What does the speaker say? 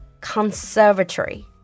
conservatory